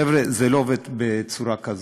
חבר'ה, זה לא עובד בצורה כזאת.